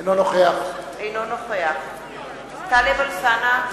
אינו נוכח טלב אלסאנע,